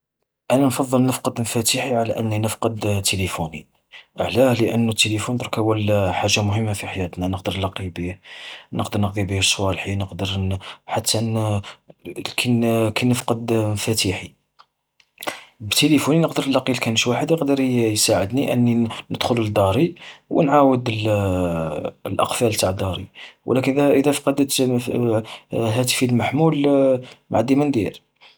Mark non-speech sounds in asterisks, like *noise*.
أنا نفضل نفقد مفاتيحي على أني نفقد تليفوني. علاه؟ لأنو التليفون ظركا ولا حاجة مهمة في حياتنا، نقدر نلقي بيه، نقدر نقضي بيه صوالحي، نقدر *hesitation* حتى *hesitation* كي *hesitation* كي نفقد مفاتيحي، بتليفوني نقدر نلقي لكانش واحد يقدر يساعدني أني ن-ندخل بداري، ونعاود *hesitation* الأقفال تع داري. ولكن إذا إذا فقدت *hesitation* هاتفي المحمول ما عدي ماندير.